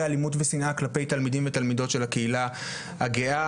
אלימות ושנאה כלפי תלמידים ותלמידות של הקהילה הגאה.